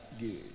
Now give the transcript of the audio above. Good